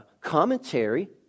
commentary